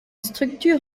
structure